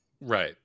Right